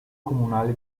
comunale